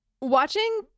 Watching